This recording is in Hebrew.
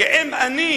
אם אני